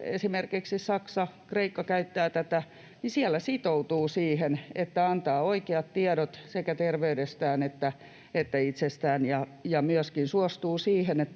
esimerkiksi Saksa, Kreikka käyttävät tätä — sitoutuu siihen, että antaa oikeat tiedot sekä terveydestään että itsestään ja myöskin suostuu siihen,